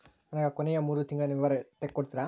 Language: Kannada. ನನಗ ಕೊನೆಯ ಮೂರು ತಿಂಗಳಿನ ವಿವರ ತಕ್ಕೊಡ್ತೇರಾ?